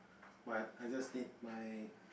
but I just need my